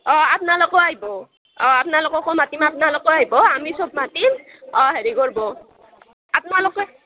অঁ আপ্নালোকো আইভ অঁ আপ্নালোককো মাতিম আপ্নালোকো আইভ আমি চব মাতিম অঁ হেৰি কৰ্ব আপ্নালোকে